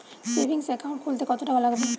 Savings account খুলতে কতটাকা লাগবে?